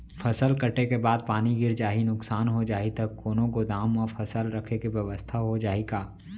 फसल कटे के बाद पानी गिर जाही, नुकसान हो जाही त कोनो गोदाम म फसल रखे के बेवस्था हो जाही का?